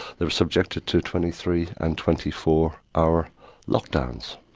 they were subjected to twenty three and twenty four hour lockdowns.